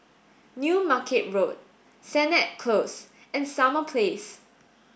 New Market Road Sennett Close and Summer Place